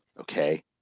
okay